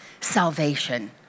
salvation